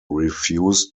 refused